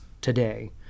today